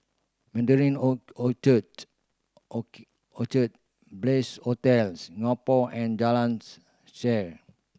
Mandarin own Orchard Orchard Bliss Hotel Singapore and Jalans Shaer